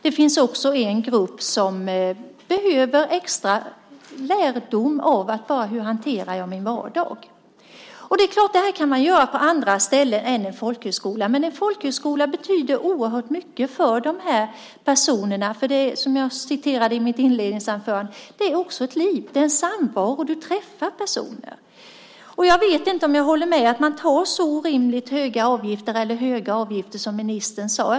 Det finns även en grupp som behöver extra undervisning för att lära sig hur man hanterar sin vardag. Det är klart att man kan göra det på andra ställen än på en folkhögskola, men en folkhögskola betyder oerhört mycket för dessa personer. Det är, som jag sade i mitt inledningsanförande, också ett liv. Det är en samvaro. Man träffar olika människor. Jag vet inte om jag håller med ministern om att folkhögskolorna tar ut höga, eller orimligt höga, avgifter.